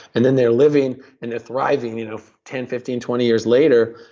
and then they're living, and they're thriving you know ten, fifteen, twenty years later.